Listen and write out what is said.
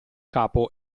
capo